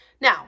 Now